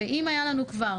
אם היה לנו כבר